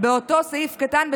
כאמור באותו סעיף קטן,